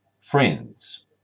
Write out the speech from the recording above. Friends